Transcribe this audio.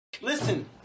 Listen